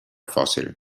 fòssil